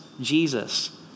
Jesus